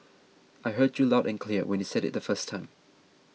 I heard you loud and clear when you said it the first time